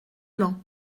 l’an